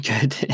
good